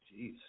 Jeez